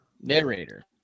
Narrator